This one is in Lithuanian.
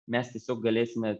mes tiesiog galėsime